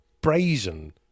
brazen